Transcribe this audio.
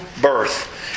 birth